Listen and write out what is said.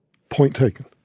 point taken.